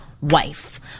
wife